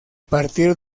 partir